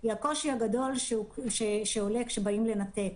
היא הקושי הגדול שעולה כאשר באים לנתק,